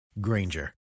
Granger